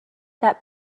that